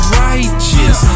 righteous